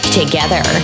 together